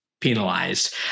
penalized